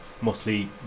mostly